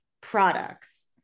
products